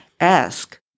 ask